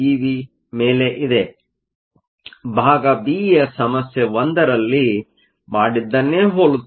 ಆದ್ದರಿಂದ ಭಾಗ ಬಿ ಯು ಸಮಸ್ಯೆ 1 ರಲ್ಲಿ ಮಾಡಿದ್ದನ್ನೆ ಹೋಲುತ್ತದೆ